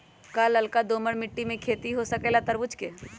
का लालका दोमर मिट्टी में खेती हो सकेला तरबूज के?